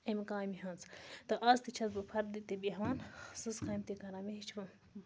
اَمہِ کامہِ ہِنٛز تہٕ اَز تہِ چھَس بہٕ فردٕ تہِ بیٚہوان سٕژ کامہِ تہِ کَران مےٚ ہیٚچھ